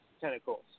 Tentacles